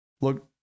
look